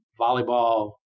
volleyball